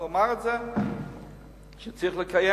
הוא אמר את זה שצריך לקיים,